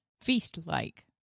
feast-like